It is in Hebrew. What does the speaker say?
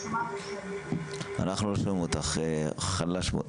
אנחנו שומעים אותך חלש.